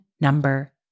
number